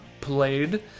played